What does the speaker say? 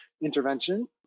intervention